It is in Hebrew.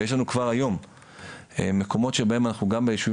ויש לנו כבר היום מקומות שבהם אנחנו גם ביישובים